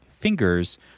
fingers